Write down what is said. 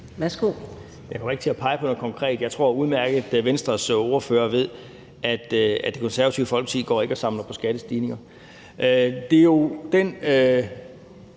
(KF): Jeg kommer ikke til at pege på noget konkret. Jeg tror, at Venstres ordfører udmærket ved, at Det Konservative Folkeparti ikke går og samler på skattestigninger. Det forslag,